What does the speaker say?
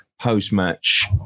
post-match